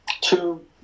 two